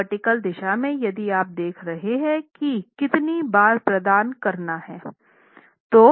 तो वर्टीकल दिशा में यदि आप देख रहे हैं कि कितनी बार प्रदान करना है